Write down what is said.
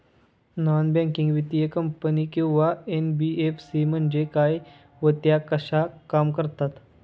Non banking वित्तीय company किंवा NBFC म्हणजे काय व त्या कशा काम करतात?